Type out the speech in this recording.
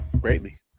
greatly